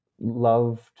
loved